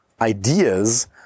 ideas